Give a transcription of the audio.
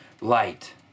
light